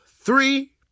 three